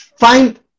find